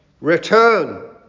Return